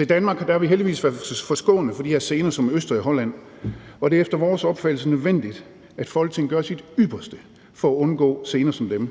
I Danmark har vi heldigvis været forskånet for de her scener, som vi har set i Østrig og Holland, og det er efter vores opfattelse nødvendigt, at Folketinget gør sit ypperste for at undgå scener som dem.